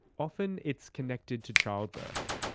often it's connected to childbirth.